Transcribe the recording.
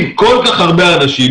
אם כל כך הרבה אנשים,